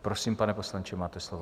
Prosím, pane poslanče, máte slovo.